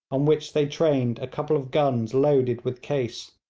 on which they trained a couple of guns loaded with case.